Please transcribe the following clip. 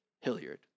Hilliard